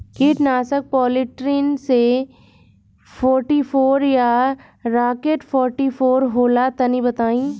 कीटनाशक Polytrin C forty four या Rocket forty four होला तनि बताई?